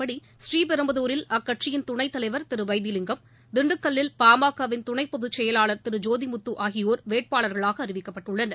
ப்ரீபெரும்புதூரில் அகுன்படி தலைவர் வைத்திலிங்கம் திண்டுக்கல்லில் பாமகவின் திரு துணைப் பொதுச் செயலாளர் திரு ஜோதி முத்து ஆகியோர் வேட்பாளர்களாக அறிவிக்கப்பட்டுள்ளனர்